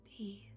Peace